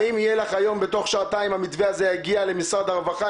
האם יהיה לך היום בתוך שעתיים המתווה הזה יגיע למשרד הרווחה?